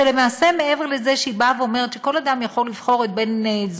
שלמעשה מעבר לזה שהיא אומרת שכל אדם יכול לבחור את בן-זוגו